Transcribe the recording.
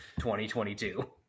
2022